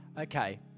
Okay